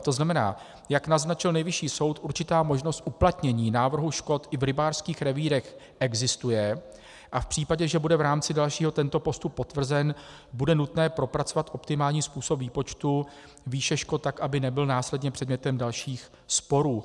To znamená, jak naznačil Nejvyšší soud, určitá možnost uplatnění návrhu škod i v rybářských revírech existuje a v případě, že bude v rámci dalšího tento postup potvrzen, bude nutné propracovat optimální způsob výpočtu výše škod, tak aby nebyl následně předmětem dalších sporů.